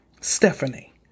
Stephanie